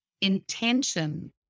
intention